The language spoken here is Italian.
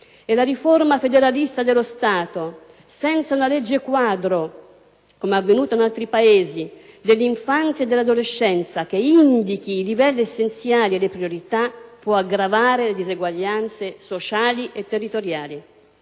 e la riforma federalista dello Stato, senza una legge quadro dell'infanzia e dell'adolescenza che indichi i livelli essenziali e le priorità, può aggravare le diseguaglianze sociali e territoriali.